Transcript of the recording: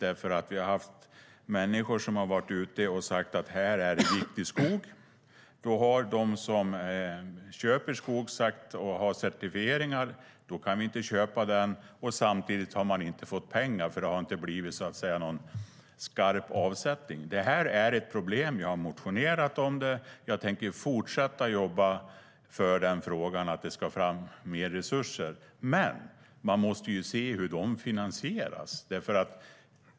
Vi har haft människor som har varit ute och sagt: Här är viktig skog. Då har de som köper skog och har certifieringar sagt: Då kan vi inte köpa den. Samtidigt har man inte fått pengar, för det har inte blivit någon skarp avsättning. Det är ett problem. Jag har motionerat om det. Jag tänker fortsätta jobba för den frågan och att det ska fram mer resurser. Men man måste se hur de finansieras.